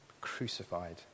crucified